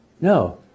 No